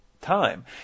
time